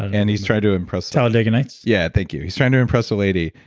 and and he's trying to impress talladega nights yeah, thank you. he's trying to impress a lady.